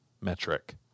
metric